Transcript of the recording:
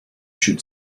should